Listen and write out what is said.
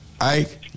Ike